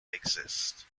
exists